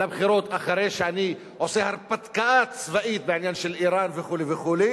בבחירות אחרי שאני עושה הרפתקה צבאית בעניין של אירן וכו' וכו',